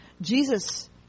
Jesus